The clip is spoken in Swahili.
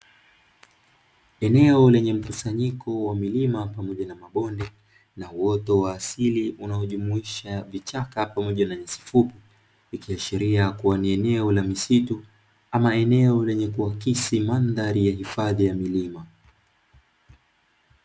Eneo lenye mkusanyiko wa milima pamoja na mabonde, na uoto wa asili unaojumuisha vichaka pamoja na nyasi fupi, ikiashiria kuwa ni eneo la misitu au eneo lenye kuakisi mandhari ya hifadhi ya milima.